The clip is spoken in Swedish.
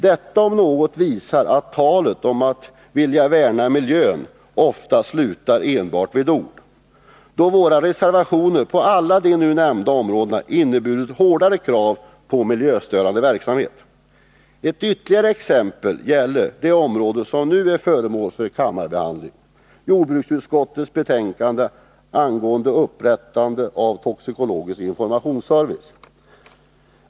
Detta, om något, visar att talet om att vilja värna om miljön oftast stannar vid enbart ord, då våra reservationer på alla de nämnda områdena inneburit hårdare krav på miljöstörande verksamhet. Ett ytterligare exempel gäller det område som nu är föremål för kammarbehandling, nämligen jordbruksutskottets betänkande om upprättande av toxikologisk informationsservice.